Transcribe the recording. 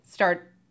start